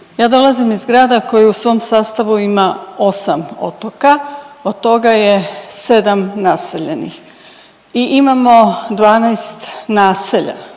ja dolazim iz grada koji u svom sastavu ima 8 otoka, od toga je 7 naseljenih i imamo 12 naselja,